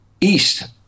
east